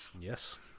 yes